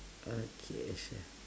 okay sure